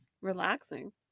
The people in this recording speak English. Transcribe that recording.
relaxing